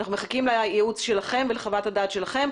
אנחנו מחכים לייעוץ שלכם ולחוות הדעת שלכם.